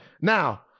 now